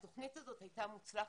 התוכנית הזאת הייתה מוצלחת,